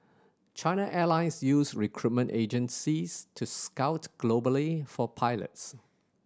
China airlines use recruitment agencies to scout globally for pilots